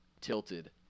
tilted